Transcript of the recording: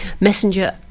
Messenger